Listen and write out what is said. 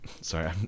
sorry